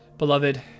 Beloved